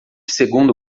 segundo